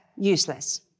useless